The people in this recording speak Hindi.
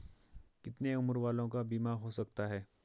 कितने उम्र वालों का बीमा हो सकता है?